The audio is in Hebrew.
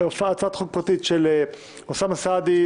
והצעת חוק פרטית של אוסאמה סעדי,